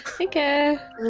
okay